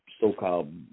so-called